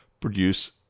produce